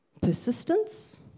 persistence